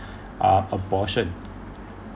um abortion